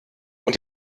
und